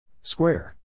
Square